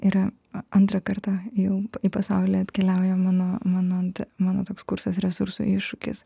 yra antrą kartą jau į pasaulį atkeliauja mano mano ant mano toks kursas resursų iššūkis